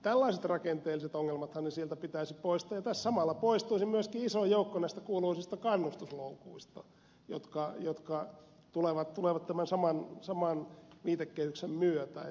tällaiset rakenteelliset ongelmathan sieltä pitäisi poistaa ja tässä samalla poistuisi myöskin iso joukko näistä kuuluisista kannustinloukuista jotka tulevat tämän saman viitekehyksen myötä